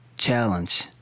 challenge